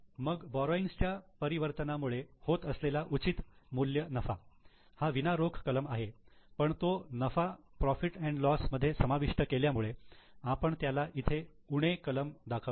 मग बोरोइंग्स च्या परिवर्तनामुळे होत असलेला उचित मूल्य नफा हा विना रोख कलम आहे पण तो नफा profit and loss profit loss मध्ये समाविष्ट केल्यामुळे आपण त्याला इथे उणे कलम दाखवला आहे